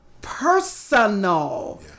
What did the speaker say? personal